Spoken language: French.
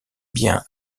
bien